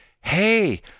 hey